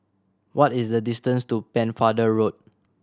what is the distance to Pennefather Road